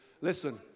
listen